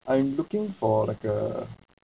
I'm looking for like a